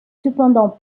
cependant